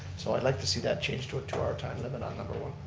so i'd like to see that changed to a two-hour time limit on number one.